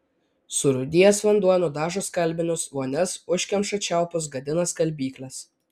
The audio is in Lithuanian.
surūdijęs vanduo nudažo skalbinius vonias užkemša čiaupus gadina skalbykles